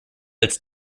its